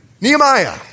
Nehemiah